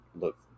look